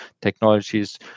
technologies